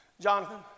Jonathan